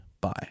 Bye